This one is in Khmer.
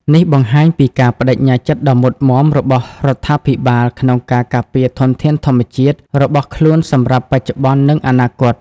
នេះបង្ហាញពីការប្តេជ្ញាចិត្តដ៏មុតមាំរបស់រដ្ឋាភិបាលក្នុងការការពារធនធានធម្មជាតិរបស់ខ្លួនសម្រាប់បច្ចុប្បន្ន និងអនាគត។